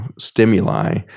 stimuli